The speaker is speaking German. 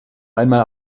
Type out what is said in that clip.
einmal